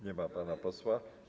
Nie ma pana posła.